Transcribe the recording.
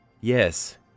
Yes